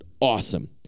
awesome